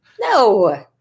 No